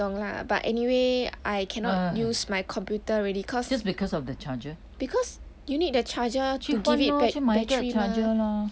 不懂 lah but anyway I cannot use my computer already cause because you need the charger 去 give it back battery mah